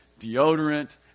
deodorant